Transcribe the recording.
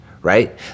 right